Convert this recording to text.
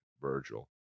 Virgil